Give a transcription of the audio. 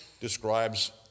describes